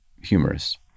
humorous